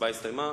ההצבעה הסתיימה.